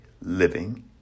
living